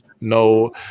no